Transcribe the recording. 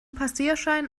passierschein